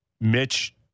Mitch